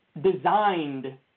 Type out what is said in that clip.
designed